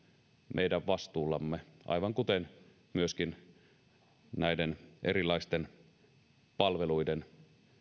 meidän vastuullamme aivan kuten myöskin näiden erilaisten palveluiden